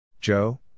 Joe